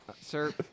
Sir